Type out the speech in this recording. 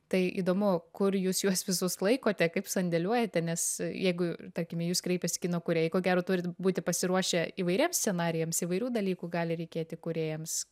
tai įdomu kur jūs juos visus laikote kaip sandėliuojate nes jeigu tarkim į jus kreipiasi kino kūrėjai ko gero turit būti pasiruošę įvairiems scenarijams įvairių dalykų gali reikėti kūrėjams